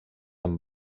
amb